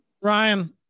Ryan